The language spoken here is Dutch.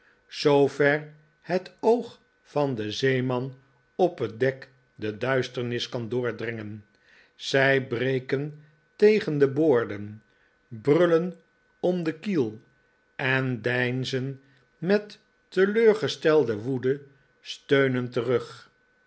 zoover het oog van den zeeman op het dek de duisternis kan doordringen zij breken tegen de boorden brullen om de kiel en deinzen met teleurgestelde woede steunend terug